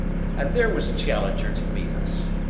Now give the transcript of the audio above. and there was challenger to meet us.